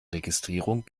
registrierung